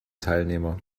teilnehmer